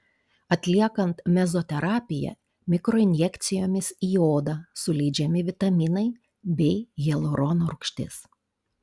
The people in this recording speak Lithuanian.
atliekant mezoterapiją mikroinjekcijomis į odą suleidžiami vitaminai bei hialurono rūgštis